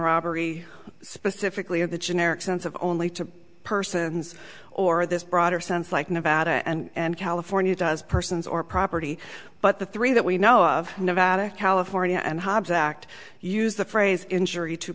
robbery specifically in the generic sense of only to persons or this broader sense like nevada and california does persons or property but the three that we know of nevada california and hobbs act use the phrase injury to